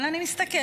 אבל אני מסתכלת